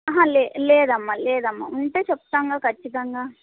లే లేదమ్మ లేదమ్మ ఉంటే చెప్తాం ఖచ్చితంగా